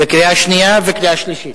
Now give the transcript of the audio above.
בקריאה שנייה ובקריאה שלישית.